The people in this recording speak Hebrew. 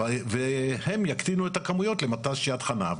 והם יקטינו את הכמויות למט"ש יד חנה,